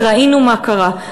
וראינו מה קרה,